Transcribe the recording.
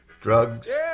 drugs